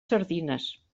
sardines